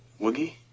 Woogie